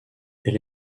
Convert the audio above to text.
elle